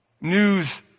news